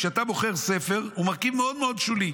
כשאתה בוחר ספר, הוא מרכיב מאוד שולי.